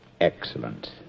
Excellent